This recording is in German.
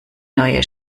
neue